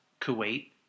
Kuwait